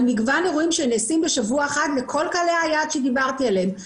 על מגוון אירועים שנעשים בשבוע אחד בכל קהלי היעד שדיברנו עליהם.